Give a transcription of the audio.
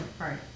Right